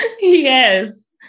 yes